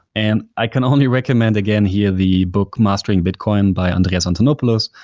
and i can only recommend again here the book mastering bitcoin by andreas antonopoulos,